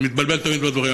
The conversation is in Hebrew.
מתבלבל תמיד בדברים.